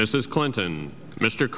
mrs clinton mr